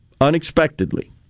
unexpectedly